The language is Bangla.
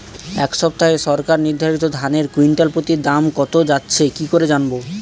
এই সপ্তাহে সরকার নির্ধারিত ধানের কুইন্টাল প্রতি দাম কত যাচ্ছে কি করে জানবো?